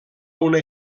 una